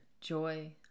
joy